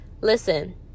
Listen